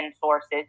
sources